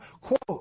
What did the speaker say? quote